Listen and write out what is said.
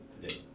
today